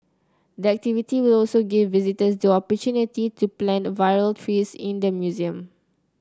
the activity will also give visitors the opportunity to plant virtual trees in the museum